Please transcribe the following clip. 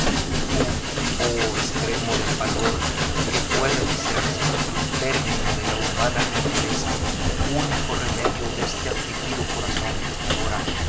y tú oh estremo del valor que puede desearse término de la humana gentileza único remedio deste afligido corazón que te adora